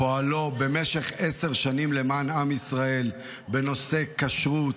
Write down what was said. פועלו במשך עשר שנים למען עם ישראל בנושא כשרות,